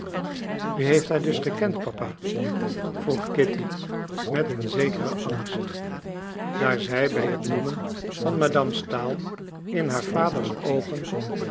u heeft haar dus gekend papa vroeg kitty met een zekeren angst daar zij bij het noemen van madame stahl in haar vaders oogen